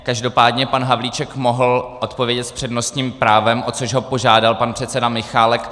Každopádně pan Havlíček mohl odpovědět s přednostním právem, o což ho požádal pan předseda Michálek.